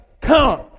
come